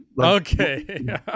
Okay